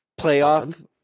playoff